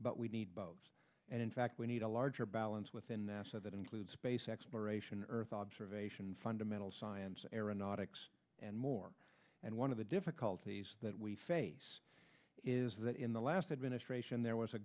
but we need both and in fact we need a larger balance within that so that includes space exploration earth observation fundamental science aeronautics and more and one of the difficulties that we face is that in the last administration there was a